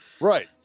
Right